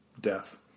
death